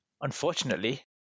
Unfortunately